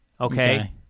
okay